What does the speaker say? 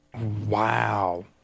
wow